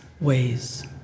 ways